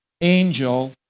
angel